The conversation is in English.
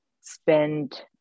spend